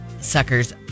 suckers